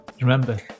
Remember